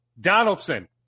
Donaldson